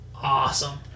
Awesome